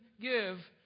give